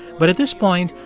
but at this point,